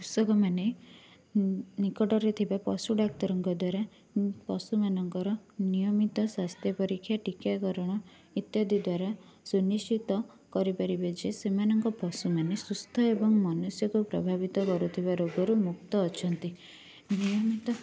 କୃଷକ ମାନେ ନିକଟରେ ଥିବା ପଶୁ ଡାକ୍ତରଙ୍କ ଦ୍ଵାରା ପଶୁମାନଙ୍କର ନିୟମିତ ସ୍ୱାସ୍ଥ୍ୟ ପରୀକ୍ଷା ଟୀକାକରଣ ଇତ୍ୟାଦି ଦ୍ଵାରା ସୁନିଶ୍ଚିତ କରିପାରିବେ ଯେ ସେମାନଙ୍କ ପଶୁମାନେ ସୁସ୍ଥ ଏବଂ ମନୁଷ୍ୟକୁ ପ୍ରଭାବିତ କରୁଥିବା ରୋଗରୁ ମୁକ୍ତ ଅଛନ୍ତି ନିୟମିତ